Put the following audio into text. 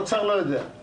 האוצר לא יודע.